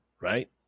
right